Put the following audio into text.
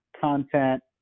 content